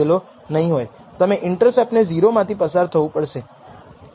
તેથી ઇન્ટરસેપ્ટ ને 0 માંથી પસાર થવું પડશે